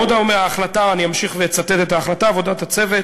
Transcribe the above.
אני אמשיך ואצטט את ההחלטה: עבודת הצוות